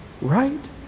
right